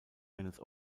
eines